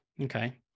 Okay